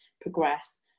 progress